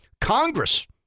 Congress